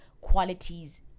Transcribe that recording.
qualities